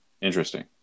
Interesting